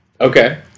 Okay